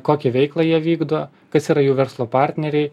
kokią veiklą jie vykdo kas yra jų verslo partneriai